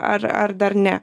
ar ar dar ne